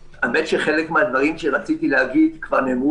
חלק מן הדברים שרציתי להגיד כבר נאמרו